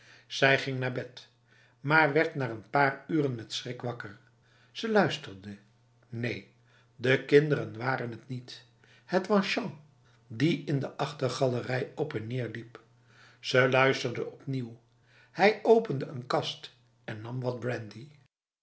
ze ging naar bed maar werd na een paar uren met schrik wakker ze luisterde neen de kinderen waren het niet het was jean die in de achtergalerij op en neer liep ze luisterde opnieuw hij opende een kast en nam wat brandy